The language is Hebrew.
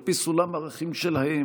על פי סולם ערכים שלהם,